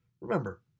Remember